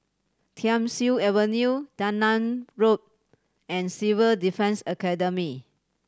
Thiam Siew Avenue Dunman Road and Civil Defence Academy